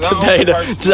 today